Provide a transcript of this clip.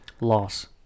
Loss